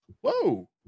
Whoa